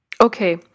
Okay